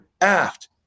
aft